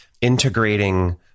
integrating